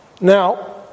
Now